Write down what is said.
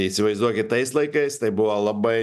įsivaizduokit tais laikais tai buvo labai